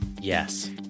yes